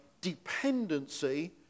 dependency